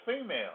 female